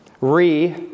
Re